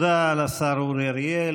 תודה לשר אורי אריאל.